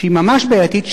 שהיא ממש בעייתית,